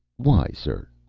why, sir?